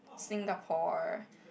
Singapore